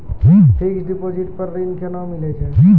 Fixed deposit पर ऋण केना मिलै छै?